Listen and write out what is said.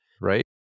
right